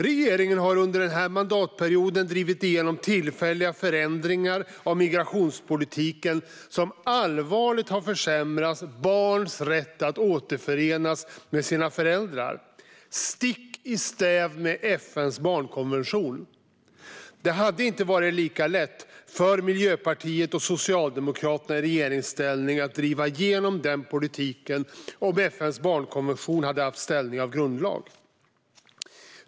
Regeringen har under mandatperioden drivit igenom tillfälliga förändringar av migrationspolitiken som allvarligt har försämrat barns rätt att återförenas med sina föräldrar - stick i stäv med FN:s barnkonvention. Det hade inte varit lika lätt för Miljöpartiet och Socialdemokraterna i regeringsställning att driva igenom denna politik om FN:s barnkonvention hade haft ställning av grundlag.